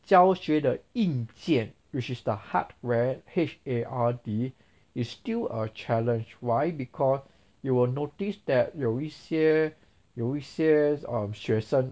教学的硬件 which is the hardware H A R D is still a challenge why because you will notice that 有一些有一些 um 学生